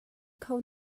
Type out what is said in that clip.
kho